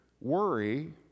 worry